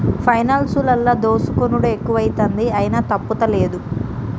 పైనాన్సులల్ల దోసుకునుడు ఎక్కువైతంది, అయినా తప్పుతలేదు